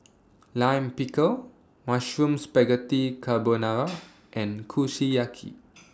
Lime Pickle Mushroom Spaghetti Carbonara and Kushiyaki